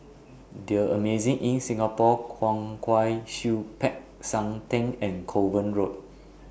The Amazing Inn Singapore Kwong Wai Siew Peck San Theng and Kovan Road